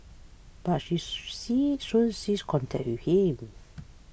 but she see soon ceased contact with him